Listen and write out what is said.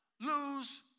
lose